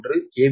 1 K